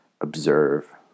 observe